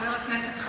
חבר הכנסת חסון.